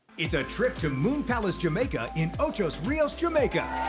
it's a trip to moon palace jamaica in ochos rios, jamaica.